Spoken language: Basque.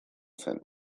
zen